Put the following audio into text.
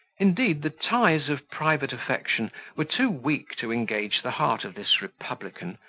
indeed, the ties of private affection were too weak to engage the heart of this republican,